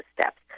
steps